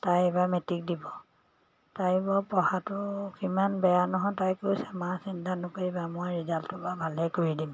তাই এইবাৰ মেট্ৰিক দিব তাই বাৰু পঢ়াটো সিমান বেয়া নহয় তাই কৈছে মা চিন্তা নকৰিবা মই ৰিজাল্টটো বাৰু ভালেই কৰি দিম